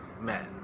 men